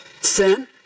Sin